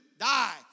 die